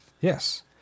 Yes